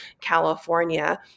California